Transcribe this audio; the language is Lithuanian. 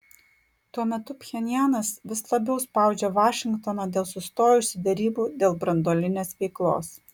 tuo metu pchenjanas vis labiau spaudžia vašingtoną dėl sustojusių derybų dėl branduolinės veiklos